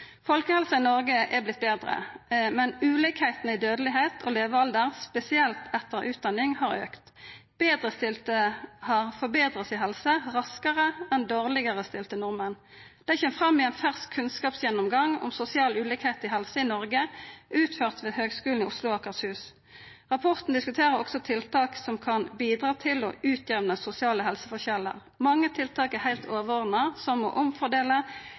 Folkehelsa i Noreg har vorte betre, men ulikheitene i dødelegheit og levealder, spesielt etter utdanning, har auka. Betrestilte nordmenn har forbetra helsa si raskare enn dårlegare stilte. Det kjem fram i ein fersk kunnskapsgjennomgang om sosial ulikheit i helse i Noreg, utført ved Høgskulen i Oslo og Akershus. Rapporten diskuterer også tiltak som kan bidra til å utjamna sosiale helseforskjellar. Mange tiltak er heilt overordna, som